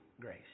grace